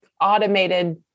automated